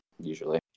usually